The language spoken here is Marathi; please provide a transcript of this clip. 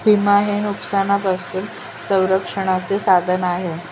विमा हे नुकसानापासून संरक्षणाचे साधन आहे